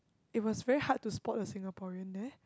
it was very hard to spot a Singaporean there